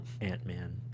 Ant-Man